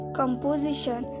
composition